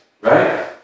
right